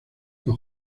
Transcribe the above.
los